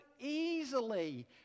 easily